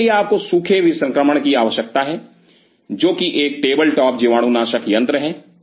तो इसके लिए आपको सूखे विसंक्रमण की आवश्यकता है जो कि एक टेबल टॉप जीवाणुनाशक यंत्र है